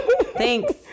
thanks